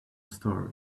story